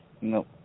No